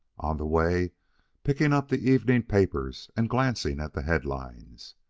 on the way picking up the evening papers and glancing at the head-lines.